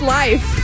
life